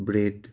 bread